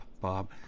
Bob